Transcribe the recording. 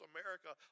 America